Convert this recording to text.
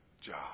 job